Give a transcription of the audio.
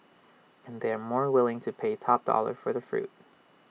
and they are more willing to pay top dollar for the fruit